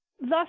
Thus